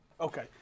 Okay